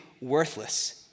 worthless